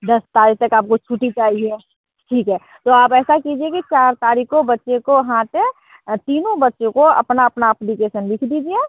दस तारीख तक आपको छुट्टी चाहिए ठीक है तो आप ऐसा कीजिए कि चार तारीख को बच्चे को हाथ तीनों बच्चों को अपना अपना अप्लीकेसन लिख दीजिए